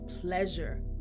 pleasure